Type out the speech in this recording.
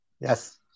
yes